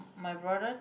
my brother